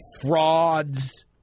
frauds